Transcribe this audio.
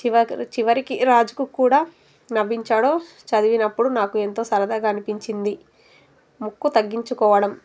చివ చివరికి రాజుకు కూడా నవ్వించాడో చదివినప్పుడు నాకు ఎంతో సరదాగా అనిపించింది ముక్కు తగ్గించుకోవడం